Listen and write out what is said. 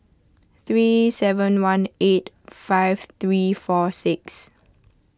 three seven one eight five three four six